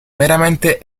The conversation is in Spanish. meramente